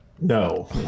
No